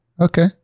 Okay